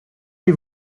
les